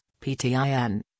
PTIN